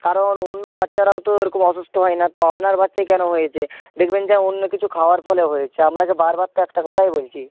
কারণ অন্য বাচ্চারাওতো এরকম অসুস্থ হয় না তো আপনার বাচ্চাই কেন হয়েছে দেখবেন যান অন্য কিছু খাওয়ার ফলে হয়েছে আপনাকে বারবার তো একটা কথাই বলছি